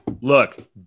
Look